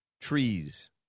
Trees